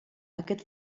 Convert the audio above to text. aquest